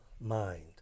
mind